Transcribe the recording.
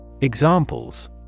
Examples